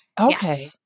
Okay